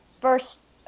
first